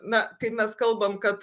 na kaip mes kalbam kad